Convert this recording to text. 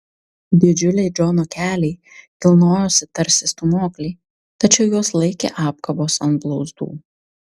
didžiuliai džono keliai kilnojosi tarsi stūmokliai tačiau juos laikė apkabos ant blauzdų